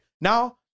now